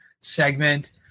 segment